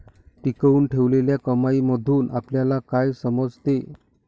टिकवून ठेवलेल्या कमाईमधून आपल्याला काय समजते?